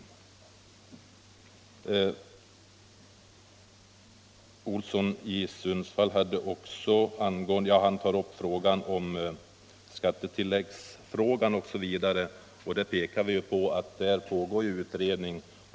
: Herr Olsson i Sundsvall tog också upp bl.a. skattetilläggsfrågan. och där pekar utskottet på att det pågår en utredning.